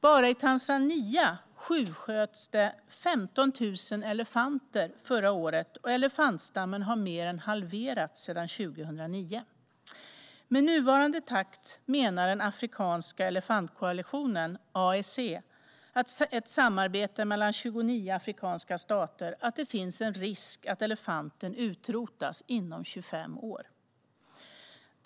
Bara i Tanzania tjuvsköts 15 000 elefanter förra året, och elefantstammen har mer än halverats sedan 2009. Den afrikanska elefantkoalitionen AEC, ett samarbete mellan 29 afrikanska stater, menar att det med nuvarande takt finns en risk för att elefanten utrotas inom 25 år.